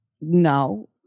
no